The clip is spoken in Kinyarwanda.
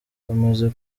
bamaze